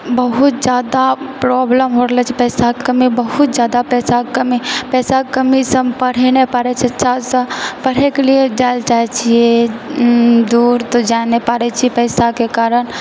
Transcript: बहुत जादा प्रोबलम हो रहले छै पैसाक कमी बहुत जादा पैसाके कमी पैसाके कमीसँ हम पढ़ऽ नहि पाड़ै छियै चालसँ पढ़एके लेल जाए लऽ चाहैत छिऐ दूर तऽ जा पाड़ै छियै पैसाके कारण